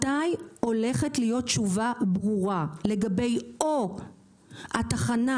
מתי תהיה תשובה ברורה או לגבי התחנה